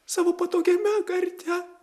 savo patogiame garde